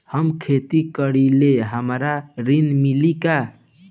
हम खेती करीले हमरा ऋण मिली का?